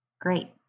Great